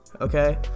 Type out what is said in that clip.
Okay